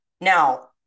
Now